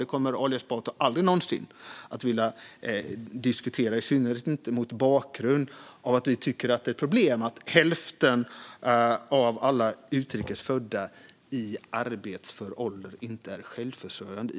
Det kommer Ali Esbati aldrig någonsin att vilja diskutera, i synnerhet inte mot bakgrund av att vi tycker att det är ett problem att hälften av alla utrikes födda i arbetsför ålder i Sverige inte är självförsörjande.